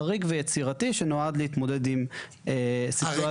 חריג ויצירתי שנועד להתמודד עם סיטואציה.